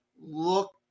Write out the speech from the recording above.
Look